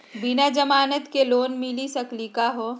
बिना जमानत के लोन मिली सकली का हो?